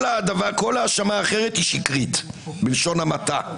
כל האשמה אחרת היא שקרית בלשון המעטה.